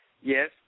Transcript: Yes